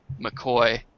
McCoy